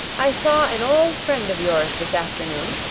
i saw an old friend of yours this afternoon.